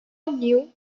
new